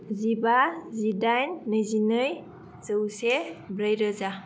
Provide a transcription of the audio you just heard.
जिबा जिदाइन नैजिनै जौसे ब्रै रोजा